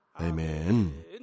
Amen